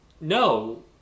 No